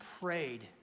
prayed